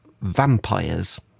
vampires